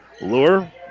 Lure